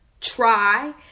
try